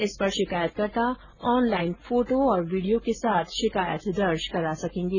इस पर शिकायतकर्ता ऑनलाईन फोटो और वीडियो के साथ शिकायत दर्ज करा सकेंगे